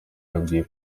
yambwiye